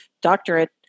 doctorate